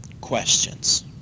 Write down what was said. Questions